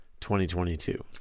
2022